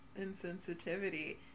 insensitivity